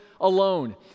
alone